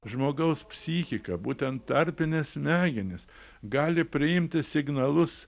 žmogaus psichika būtent tarpinės smegenys gali priimti signalus